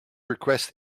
request